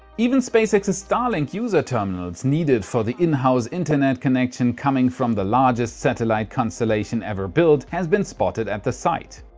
even spacex's starlink user terminals, needed for the in-house internet connection coming from the largest satellite constellation ever built, have been spotted at the site.